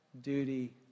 duty